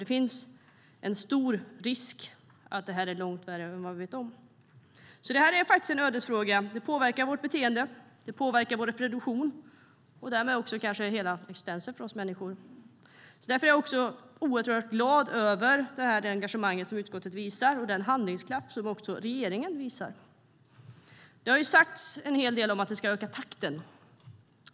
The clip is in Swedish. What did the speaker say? Det finns en stor risk att det är långt värre än vad vi vet. Det här är faktiskt en ödesfråga. Det påverkar vårt beteende. Det påverkar vår reproduktion och därmed också kanske hela existensen för oss människor. Därför är jag oerhört glad över det engagemang som utskottet visar och den handlingskraft som regeringen visar. Det har sagts en hel del om att vi ska öka takten.